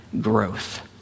growth